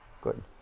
Good